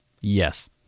Yes